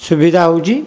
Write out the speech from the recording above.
ସୁବିଧା ହେଉଛି